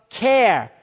care